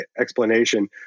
explanation